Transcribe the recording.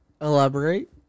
Elaborate